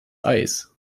eis